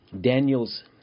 Daniel's